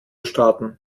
starten